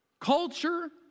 culture